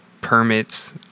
permits